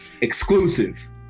Exclusive